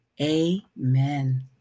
Amen